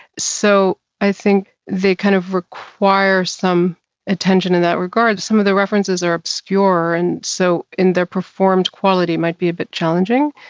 so, i think they, kind of, require some attention in that regard. some of the references are obscure and so, in their performed quality, might be a bit challenging.